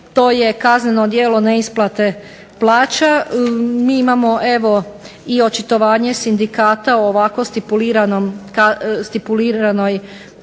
To je kazneno djelo neisplate plaća. Mi imamo evo i očitovanje sindikata o ovako stipuliranoj